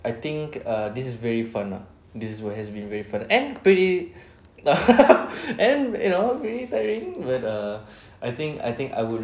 I think err this is very fun lah this is what has been very fun and pretty and you know pretty tiring but err I think I think I would really want to help